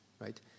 right